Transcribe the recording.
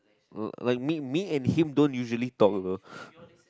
like me me and him don't usually talk also